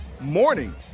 morning